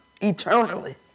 eternally